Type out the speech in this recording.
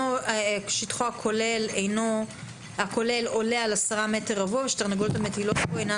"שטחו הכולל עולה על 10 מטרים רבועים ושתרנגולות מטילות אינן